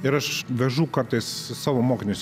ir aš vežu kartais savo mokinius